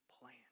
plan